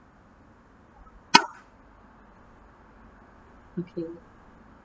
okay